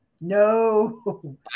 No